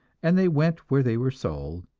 and they went where they were sold,